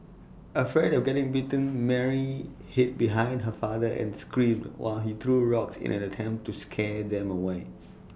afraid of getting bitten Mary hid behind her father and screamed while he threw rocks in an attempt to scare them away